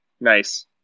nice